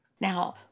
now